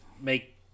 make